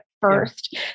First